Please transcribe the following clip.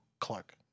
Clark